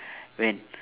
when